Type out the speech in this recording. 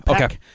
Okay